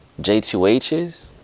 J2Hs